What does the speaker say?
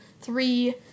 three